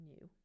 new